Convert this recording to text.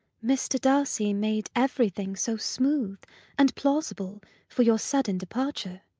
mr. darcy made everything so smooth and plausible for your sudden departure.